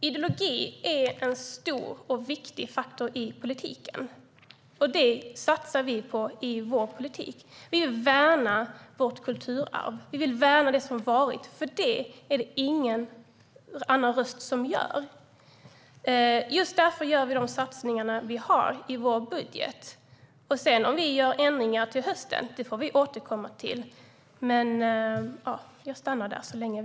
Ideologi är en stor och viktig faktor i politiken. Det satsar vi på i vår politik. Vi vill värna vårt kulturarv och det som varit. Det är det ingen annan som är röst för. Just därför gör vi de satsningar som vi har i vår budget. Om vi gör ändringar till hösten får vi återkomma till det. Jag stannar där så länge.